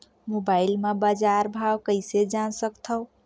Mobile म बजार भाव कइसे जान सकथव?